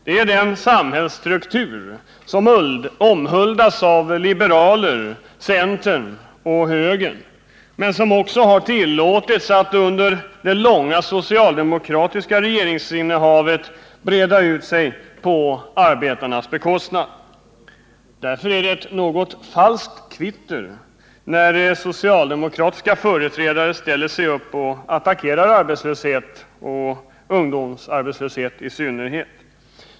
Det är den samhällsstruktur som omhuldas av liberalerna, centern och högern men som också har tillåtits att under det långa socialdemokratiska regeringsinnehavet breda ut sig på arbetarnas bekostnad. Därför är det ett något falskt kvitter när socialdemokratiska företrädare ställer sig upp och attackerar arbetslöshet och ungdomsarbetslöshet i synnerhet.